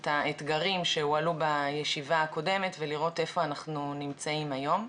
את האתגרים שהועלו בישיבה הקודמת ולראות איפה אנחנו נמצאים היום.